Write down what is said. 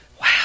Wow